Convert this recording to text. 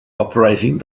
operating